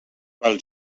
pel